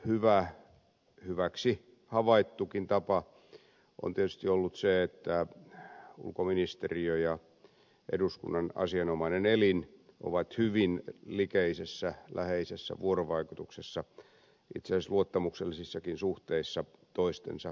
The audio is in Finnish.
ja hyväksi havaittukin tapa on tietysti ollut se että ulkoministeriö ja eduskunnan asianomainen elin ovat hyvin likeisessä läheisessä vuorovaikutuksessa itse asiassa luottamuksellisissakin suhteissa toistensa kanssa